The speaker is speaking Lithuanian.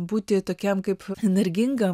būti tokiam kaip energingam